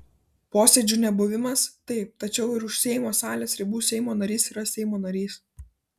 posėdžių nebuvimas taip tačiau ir už seimo salės ribų seimo narys yra seimo narys